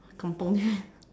component